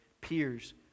Peers